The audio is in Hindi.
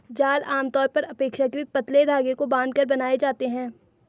जाल आमतौर पर अपेक्षाकृत पतले धागे को बांधकर बनाए जाते हैं